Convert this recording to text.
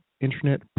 internet